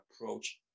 approach